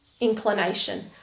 inclination